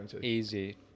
easy